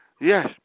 Yes